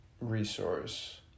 resource